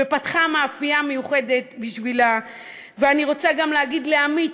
והיא פתחה מאפייה מיוחדת בשבילה; ואני רוצה גם להגיד לעמית,